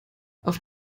auf